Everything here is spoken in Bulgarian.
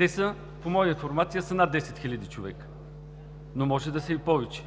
болни. По моя информация са над 10 хиляди човека, но може да са и повече.